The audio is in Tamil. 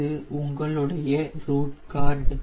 இது உங்களுடைய ரூட் கார்டு